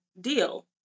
deal